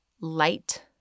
light